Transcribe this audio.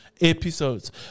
Episodes